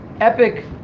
epic